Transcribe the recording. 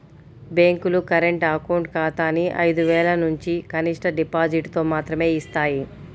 బ్యేంకులు current account ఖాతాని ఐదు వేలనుంచి కనిష్ట డిపాజిటుతో మాత్రమే యిస్తాయి